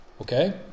okay